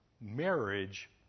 marriage